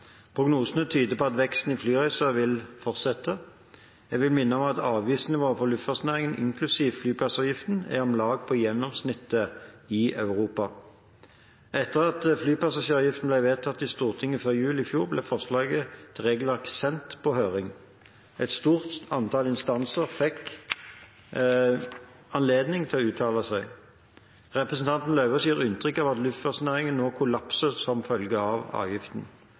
Prognosene tyder på at veksten i antall flyreiser vil fortsette. Jeg vil minne om at avgiftsnivået for luftfartsnæringen, inklusiv flypassasjeravgiften, er om lag på gjennomsnittet i Europa. Etter at flypassasjeravgiften ble vedtatt i Stortinget før jul i fjor, ble forslag til regelverk sendt på høring. Et stort antall instanser fikk anledning til å uttale seg. Representanten Lauvås gir inntrykk av at luftfartsnæringen nå kollapser som følge av avgiften.